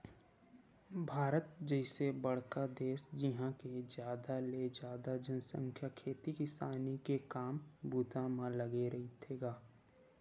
भारत जइसे बड़का देस जिहाँ के जादा ले जादा जनसंख्या खेती किसानी के काम बूता म लगे रहिथे गा